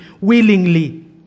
willingly